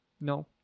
No